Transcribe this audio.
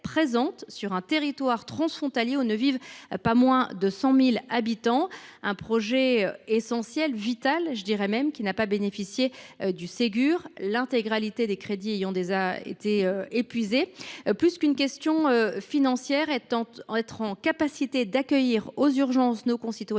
sur un territoire transfrontalier ne comptant pas moins de 100 000 habitants. Ce projet essentiel, je dirais même vital, n’a pas bénéficié du Ségur, l’intégralité des crédits ayant d’ores et déjà été épuisés. Plus qu’une question financière, être capable d’accueillir aux urgences nos concitoyens